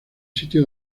sitio